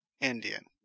Indian